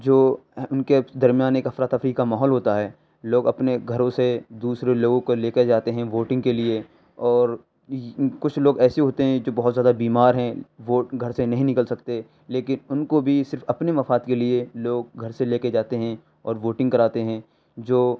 جو ان کے درمیان ایک افراتفری کا ماحول ہوتا ہے لوگ اپنے گھروں سے دوسرے لوگوں کو لے کے جاتے ہیں ووٹنگ کے لیے اور کچھ لوگ ایسے ہوتے ہیں جو بہت زیادہ بیمار ہیں وہ گھر سے نہیں نکل سکتے لیکن ان کو بھی صرف اپنے مفاد کے لیے لوگ گھر سے لے کے جاتے ہیں اور ووٹنگ کراتے ہیں جو